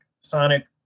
sonic